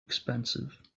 expensive